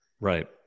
Right